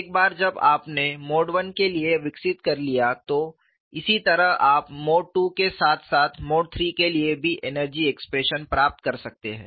एक बार जब आपने मोड I के लिए विकसित कर लिया है तो इसी तरह आप मोड II के साथ साथ मोड III के लिए भी एनर्जी एक्सप्रेशन प्राप्त कर सकते हैं